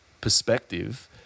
perspective